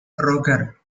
roger